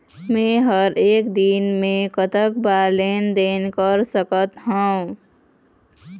मे हर एक दिन मे कतक बार लेन देन कर सकत हों?